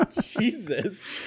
Jesus